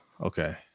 Okay